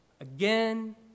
again